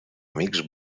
amics